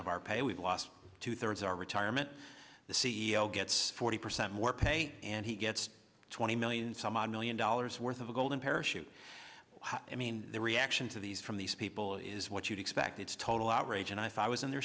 of our pay we've lost two thirds of our retirement the c e o gets forty percent more pay and he gets twenty million some odd million dollars worth of a golden parachute i mean the reaction to these from these people is what you'd expect it's total outrage and i thought i was in their